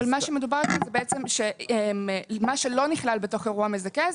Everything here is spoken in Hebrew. אבל מה שמדובר כאן זה בעצם שמה שלא נכלל בתוך אירוע מזכה,